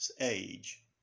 age